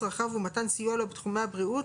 צרכיו ומתן סיוע לו בתחומי הבריאות,